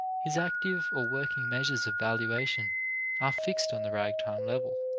his active or working measures of valuation are fixed on the ragtime level.